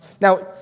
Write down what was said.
Now